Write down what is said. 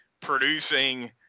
producing